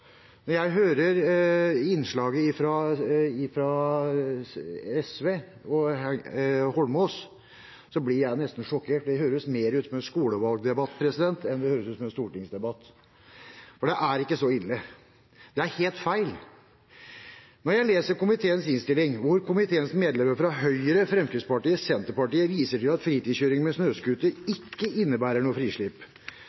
Når jeg hører innlegget fra SVs Heikki Eidsvoll Holmås, blir jeg neste sjokkert, for det høres mer ut som en skolevalgdebatt enn en stortingsdebatt. For det er ikke så ille. Det er helt feil. Når jeg leser komiteens innstilling, hvor komiteens medlemmer fra Høyre, Fremskrittspartiet og Senterpartiet viser til at fritidskjøring med snøscooter ikke innebærer noe frislipp